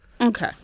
Okay